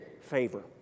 favor